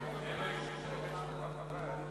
של קבוצת העבודה.